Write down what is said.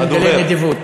אני מגלה נדיבות,